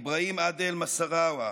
אברהים עאדל מסארווה,